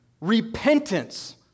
repentance